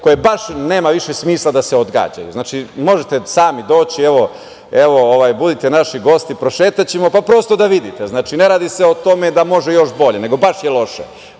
koje baš nema više smisla da se odgađaju. Znači, možete sami doći, evo, budite naši gosti, prošetaćemo, pa, prosto, da vidite. Znači, ne radi se o tome da može još bolje, nego baš je loše,